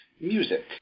music